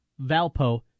Valpo